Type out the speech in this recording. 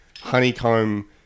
honeycomb